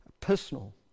personal